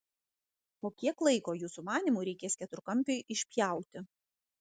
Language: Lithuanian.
o kiek laiko jūsų manymu reikės keturkampiui išpjauti